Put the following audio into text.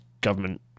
government